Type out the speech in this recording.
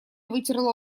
вытерла